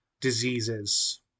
diseases